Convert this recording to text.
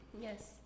Yes